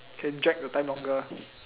can drag the time longer